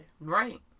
Right